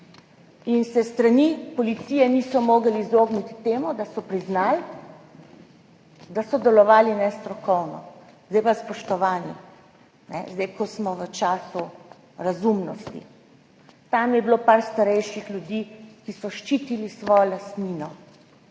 in se s strani policije niso mogli izogniti temu, da so priznali, da so delovali nestrokovno. Spoštovani, zdaj, ko smo v času razumnosti, tam je bilo par starejših ljudi, ki so ščitili svojo lastnino,